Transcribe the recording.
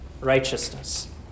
righteousness